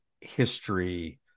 history